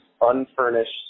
unfurnished